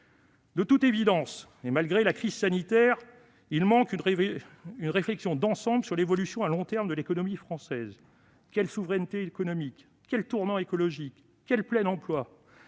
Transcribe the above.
De toute évidence, et malgré la crise sanitaire, il manque une réflexion d'ensemble sur l'évolution à long terme de l'économie française : quelle souveraineté économique voulons-nous ? Quel tournant écologique ? Quel plein-emploi ?